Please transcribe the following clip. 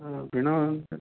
அப்படின்னா வந்து